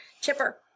Chipper